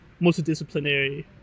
multidisciplinary